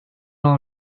all